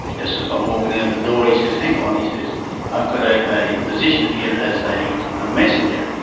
just as i'm walking out the door he says hang on, he says i've got a position here as a a messenger,